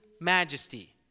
majesty